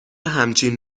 همچین